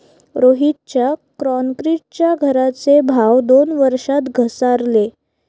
रोहितच्या क्रॉन्क्रीटच्या घराचे भाव दोन वर्षात घसारले